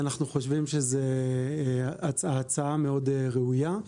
אנחנו חושבים שזו הצעה מאוד ראויה.